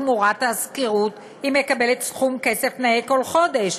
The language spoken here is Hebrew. תמורת השכירות סכום כסף נאה כל חודש,